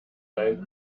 sein